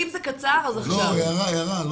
לי הערה.